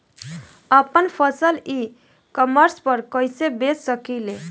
आपन फसल e commerce पर कईसे बेच सकिले?